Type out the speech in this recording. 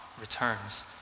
returns